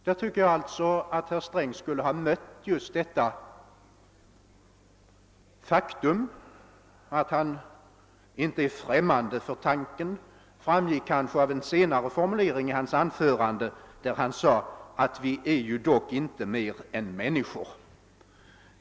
Jag tycker att herr Sträng borde ha insett detta förhållande. Att han kanske inte är främmande för tanken framgick av en senare formulering i hans anförande, där han sade att vi ju dock inte är mer än människor.